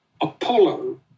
Apollo